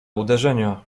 uderzenia